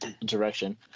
direction